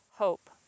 hope